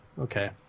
okay